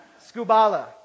Scubala